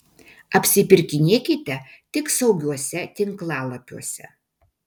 apsipirkinėkite tik saugiuose tinklalapiuose